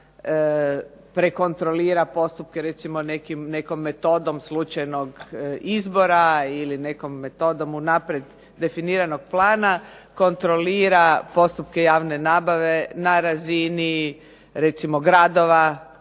prekontrolira postupke recimo nekom metodom slučajnog izbora ili nekom metodom unaprijed definiranog plana, kontrolira postupke javne nabave na razini recimo gradova,